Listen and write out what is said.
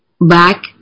back